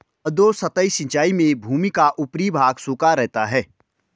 अधोसतही सिंचाई में भूमि का ऊपरी भाग सूखा रहता है